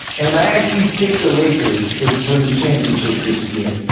and i actually picked the lakers to win the championship this year.